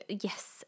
Yes